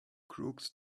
crooks